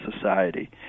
society